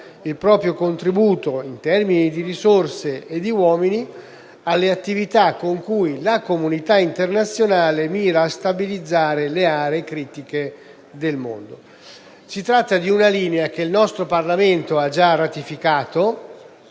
il nostro Parlamento ha già ratificato